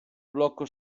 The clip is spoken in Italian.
blocco